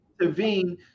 intervene